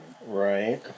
Right